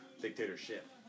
Dictatorship